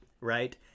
right